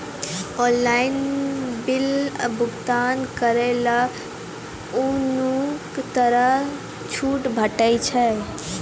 Online बिलक भुगतान केलासॅ कुनू तरहक छूट भेटै छै?